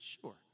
sure